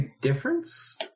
difference